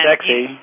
sexy